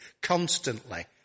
constantly